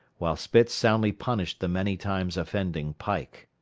while spitz soundly punished the many times offending pike.